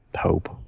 hope